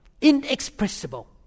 inexpressible